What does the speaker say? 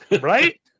right